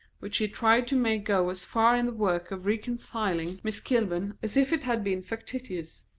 which he tried to make go as far in the work of reconciling miss kilburn as if it had been factitious.